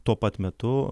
tuo pat metu